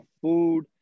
food